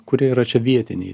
kurie yra čia vietiniai